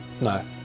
No